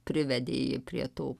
privedė jį prie to